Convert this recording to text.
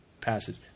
passage